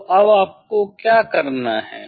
तो अब आपको क्या करना है